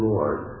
Lord